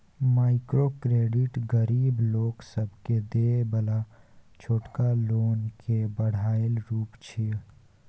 micro credit गरीब लोक सबके देय बला छोटका लोन के बढ़ायल रूप छिये